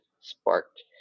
sparked